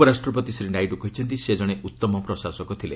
ଉପରାଷ୍ଟ୍ରପତି ଶ୍ରୀ ନାଇଡ଼ୁ କହିଛନ୍ତି ସେ ଜଣେ ଉତ୍ତମ ପ୍ରଶାସକ ଥିଲେ